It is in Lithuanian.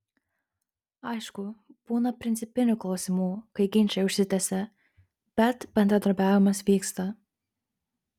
aišku būna principinių klausimų kai ginčai užsitęsia bet bendradarbiavimas vyksta